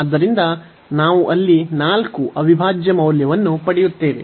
ಆದ್ದರಿಂದ ನಾವು ಅಲ್ಲಿ 4 ಅವಿಭಾಜ್ಯ ಮೌಲ್ಯವನ್ನು ಪಡೆಯುತ್ತೇವೆ